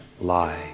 Lie